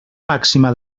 màxima